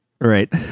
Right